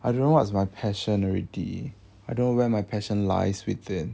I don't know what's my passion already I don't know where my passion lies within